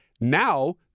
Now